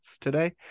today